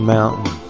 Mountain